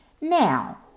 Now